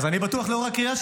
גם קריאות